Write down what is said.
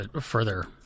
further